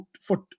foot